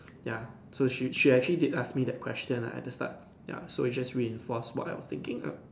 ya so she she actually did ask me that question lah at the start ya so it's just reinforce what I was thinking lah